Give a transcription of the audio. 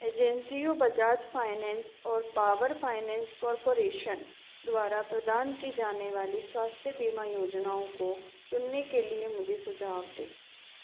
एजेंसियों बजाज फाइनेंस और power finance corporation द्वारा प्रदान की जाने वाली स्वास्थ्य बीमा योजनाओं को चुनने के लिए मुझे सुझाव दें